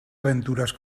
aventuras